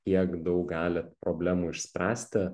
kiek daug galit problemų išspręsti